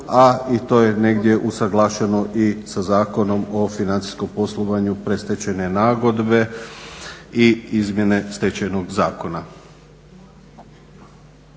a to je negdje usuglašeno i sa Zakonom o financijskom poslovanju predstečajne nagodbe i izmjene Stečajnog zakona.